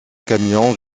camion